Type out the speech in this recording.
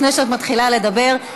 לפני שאת מתחילה לדבר,